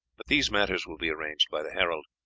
but these matters will be arranged by the herald.